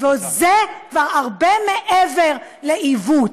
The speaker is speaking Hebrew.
וזה כבר הרבה מעבר לעיוות,